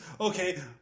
okay